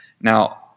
Now